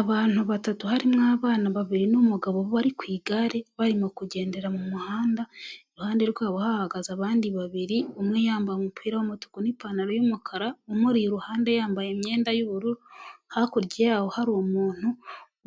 Abantu batatu harimo abana babiri n'umugabo bari ku igare barimo kugendera mu muhanda, iruhande rwabo hahagaze abandi babiri umwe yambaye umupira w'umutuku n'ipantaro y'umukara, umuri iruhande yambaye imyenda y'ubururu, hakurya yaho hari umuntu